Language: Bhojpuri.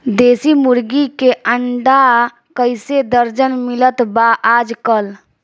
देशी मुर्गी के अंडा कइसे दर्जन मिलत बा आज कल?